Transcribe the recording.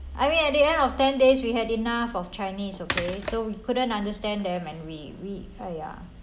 I mean at the end of ten days we had enough of chinese okay so couldn't understand them and we we !aiya!